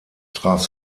traf